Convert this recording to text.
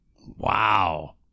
Wow